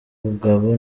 umugabo